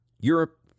Europe